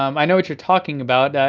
um i know what you're talking about,